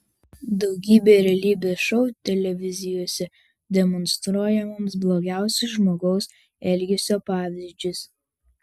daugybė realybės šou televizijose demonstruoja mums blogiausius žmogaus elgesio pavyzdžius